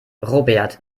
robert